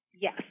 Yes